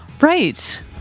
right